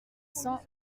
cents